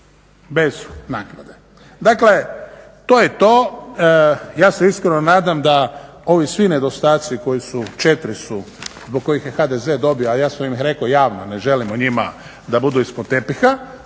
bez naknade. Dakle, to je to. Ja se iskreno nadam da ovi svi nedostatci koji su, četiri su zbog kojih je HDZ dobio, a ja sam im rekao javno ne želimo njima da budu ispod tepiha